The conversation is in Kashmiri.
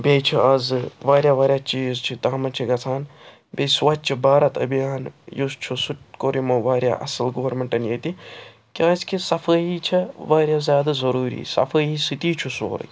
بیٚیہِ چھُ اَزٕ واریاہ واریاہ چیٖز چھِ تتھ مَنٛز چھِ گَژھان بیٚیہِ سُوَچ بھارت ابھیان یُس چھُ سُہ کوٚر یمو واریاہ اَصٕل گورمِنٛٹَن ییٚتہِ کیٛازکہِ صَفٲیی چھ واریاہ زیادٕ ضروٗری صفٲیی سۭتی چھُ سورُے